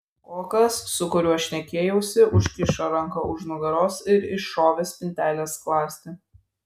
kokas su kuriuo šnekėjausi užkišo ranką už nugaros ir užšovė spintelės skląstį